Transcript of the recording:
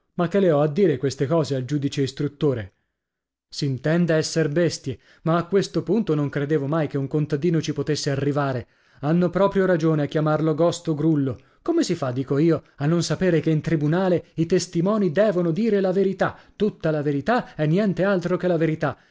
ma che le ho a dire queste cose al giudice istruttore s'intende esser bestie ma a questo punto non credevo mai che un contadino ci potesse arrivare hanno proprio ragione a chiamarlo gosto grullo come si fa dico io a non sapere che in tribunale i testimoni devono dire la verità tutta la verità e niente altro che la verità